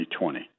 2020